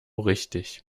richtig